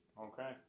Okay